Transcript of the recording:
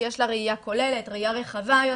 שיש לה ראייה כוללת ורחבה יותר,